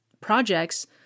projects